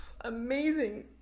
amazing